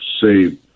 save